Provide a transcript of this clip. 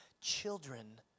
children